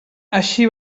així